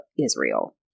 Israel